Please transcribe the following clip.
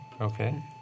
Okay